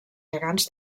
gegants